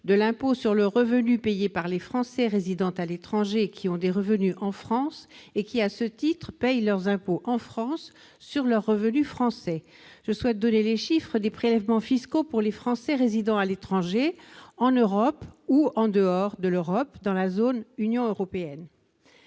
de l'impôt sur le revenu payé par les Français résidant à l'étranger qui ont des revenus en France et qui, à ce titre, paient leurs impôts en France sur leurs revenus français. Permettez-moi de vous donner les chiffres des prélèvements fiscaux pour les Français résidant à l'étranger, en Europe ou en dehors de la zone Union européenne.